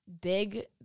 big